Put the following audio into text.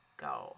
go